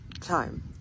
time